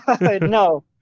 No